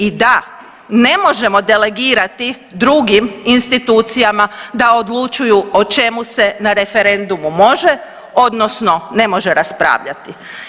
I da, ne možemo delegirati drugim institucijama da odlučuju o čemu se na referendumu može odnosno ne može raspravljati.